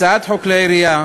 הצעת חוק כלי הירייה